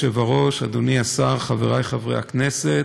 אדוני היושב-ראש, אדוני השר, חברי חברי הכנסת,